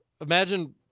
imagine